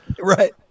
right